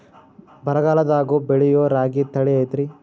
ಬರಗಾಲದಾಗೂ ಬೆಳಿಯೋ ರಾಗಿ ತಳಿ ಐತ್ರಿ?